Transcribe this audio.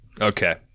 Okay